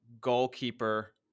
goalkeeper